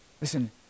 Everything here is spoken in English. Listen